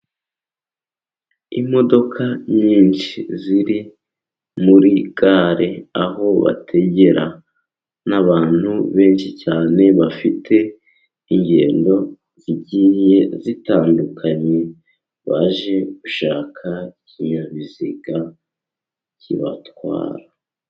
Imodoka nyinshi ziri muri gare aho bategera. Ni abantu benshi cyane bafite ingendo zigiye zitandukanye baje gushaka ibinyabiziga bibatwara.